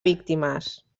víctimes